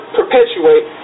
perpetuate